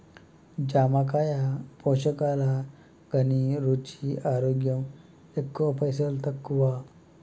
జామకాయ పోషకాల ఘనీ, రుచి, ఆరోగ్యం ఎక్కువ పైసల్ తక్కువ